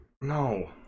No